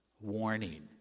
warning